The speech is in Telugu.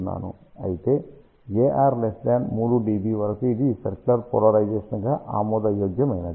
అయితే AR 3 dB వరకు ఇది సర్క్యులర్ పోలరైజేషన్ గా ఆమోదయోగ్యమైనది